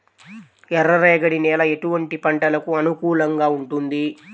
ఎర్ర రేగడి నేల ఎటువంటి పంటలకు అనుకూలంగా ఉంటుంది?